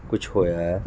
ਕੁਛ ਹੋਇਆ ਹੈ